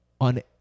on